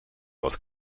was